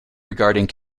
regarding